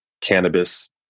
cannabis